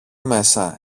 μέσα